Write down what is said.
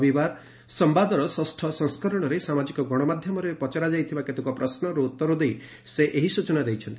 ରବିବାର ସମ୍ବାଦର ଷଷ ସଂସ୍କରଣରେ ସାମାଜିକ ଗଣମାଧ୍ୟମରେ ପଚରାଯାଇଥଇବା କେତେକ ପ୍ରଶ୍ମର ଉତର ଦେଇ ସେ ଏହି ସୂଚନା ଦେଇଛନ୍ତି